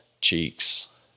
cheeks